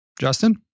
Justin